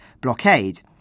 blockade